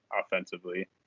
offensively